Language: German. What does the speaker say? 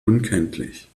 unkenntlich